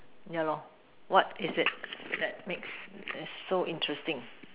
ya lah what is it that makes it so interesting